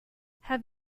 have